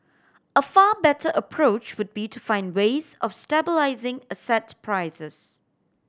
a far better approach would be to find ways of stabilising asset prices